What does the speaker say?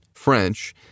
French